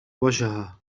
وجهها